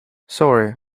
sorry